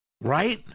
right